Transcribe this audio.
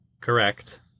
Correct